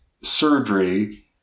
surgery